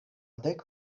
dek